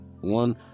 one